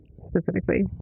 specifically